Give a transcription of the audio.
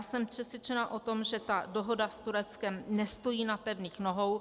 Jsem přesvědčena o tom, že dohoda s Tureckem nestojí na pevných nohou.